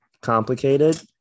complicated